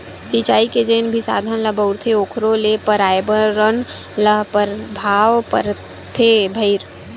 सिचई के जेन भी साधन ल बउरथे ओखरो ले परयाबरन ल परभाव परथे भईर